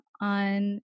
on